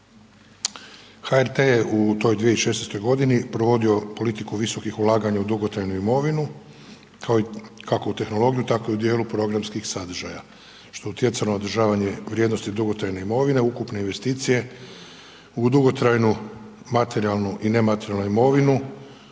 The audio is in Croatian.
HRT je u toj 2016.g. provodio politiku visokih ulaganja u dugotrajnu imovinu, kao i, kako u tehnologiju tako i u dijelu programskih sadržaja, što je utjecalo na održavanje vrijednosti dugotrajne imovine, ukupne investicije u dugotrajnu materijalnu i nematerijalnu imovinu